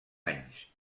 anys